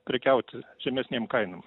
prekiaut žemesnėm kainom